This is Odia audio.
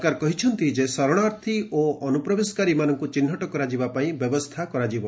ସରକାର କହିଛନ୍ତି ଯେ ଶରଣାର୍ଥୀ ଓ ଅନୁପ୍ରବେଶକାରୀଙ୍କୁ ଚିହ୍ନଟ କରାଯିବା ପାଇଁ ବ୍ୟବସ୍ଥା କରାଯିବ